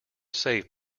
save